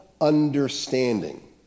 understanding